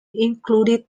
included